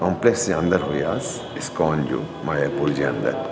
complex जे अंदरि हुयासीं इस्कॉन जो मायापुर जे अंदरि